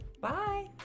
Bye